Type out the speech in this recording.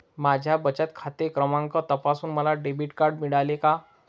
माझा बचत खाते क्रमांक तपासून मला डेबिट कार्ड मिळेल का?